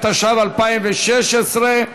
התשע"ו 2016,